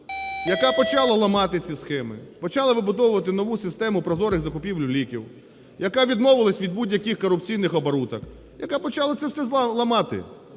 яка почала ламати ці схеми, почала вибудовувати нову систему прозорих закупівель ліків, яка відмовилася від будь-яких корупційних оборудок, яка почала це все ламати.